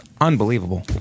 unbelievable